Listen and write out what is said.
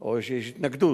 או שיש התנגדות.